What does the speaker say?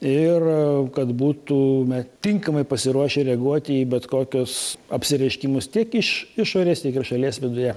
ir kad būtumėme tinkamai pasiruošę reaguoti į bet kokius apsireiškimus tiek iš išorės tiek ir šalies viduje